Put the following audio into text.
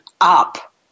up